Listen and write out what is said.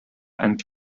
and